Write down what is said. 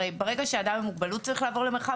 הרי ברגע שאדם עם מוגבלות צריך לעבור למרחב